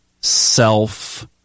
self